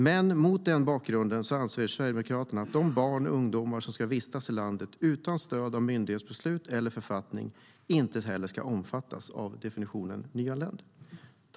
Men mot den bakgrunden anser Sverigedemokraterna att de barn och ungdomar som ska vistas i landet utan stöd av myndighetsbeslut eller författning inte heller ska omfattas av definitionen nyanländ.